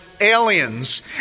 aliens